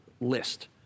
list